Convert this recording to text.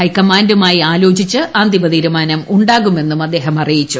ഹൈക്കമാൻഡുമായി ആലോചിച്ച് അന്തിമ തീരുമാനം ഉണ്ടാകുമെന്നും അദ്ദേഹം അറിയിച്ചു